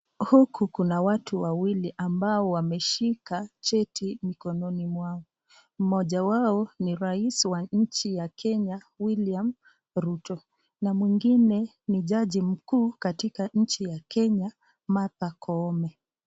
Huku kuna watu wawili ambao wameshika cheti mkononi mwao. Moja wao ni rais wa nchi ya Kenya William Ruto na mwengine ni jaji mkuu katika nchi ya Kenya Martha Koome.